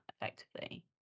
effectively